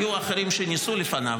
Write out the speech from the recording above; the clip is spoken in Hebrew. היו אחרים שניסו לפניו,